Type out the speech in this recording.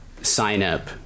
sign-up